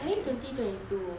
I think twenty twenty two